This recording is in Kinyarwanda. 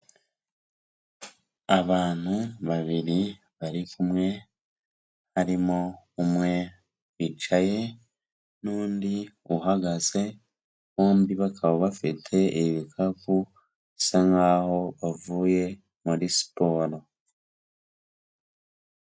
Abantu babiri bari kumwe, harimo umwe wicaye n'undi uhagaze, bombi bakaba bafite ibikapu bisa nkaho bavuye muri siporo.